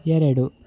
ಎರಡು